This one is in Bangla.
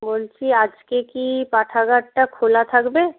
বলছি আজকে কি পাঠাগারটা খোলা থাকবে